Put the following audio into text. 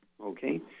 Okay